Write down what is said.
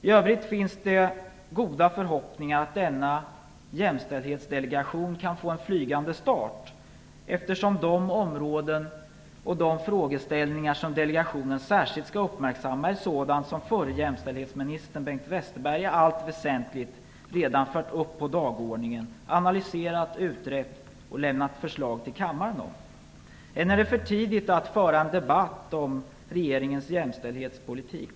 I övrigt finns det goda förhoppningar om att denna jämställdhetsdelegation kan få en flygande start, eftersom de områden och frågeställningar som delegationen särskilt skall uppmärksamma är sådant som förre jämställdhetsministern Bengt Westerberg i allt väsentligt redan fört upp på dagordningen, analyserat, utrett och lämnat förslag till kammaren om. Än är det för tidigt att föra en debatt om regeringens jämställdhetspolitik.